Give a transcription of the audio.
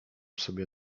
sobie